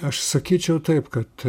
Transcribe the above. aš sakyčiau taip kad